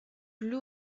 blue